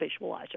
visualizer